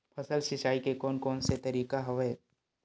फसल सिंचाई के कोन कोन से तरीका हवय?